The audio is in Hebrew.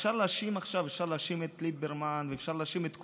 אפשר להאשים עכשיו את ליברמן ואפשר להאשים את כולם,